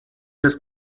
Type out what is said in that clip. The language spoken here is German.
des